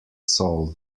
soul